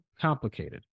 complicated